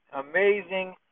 amazing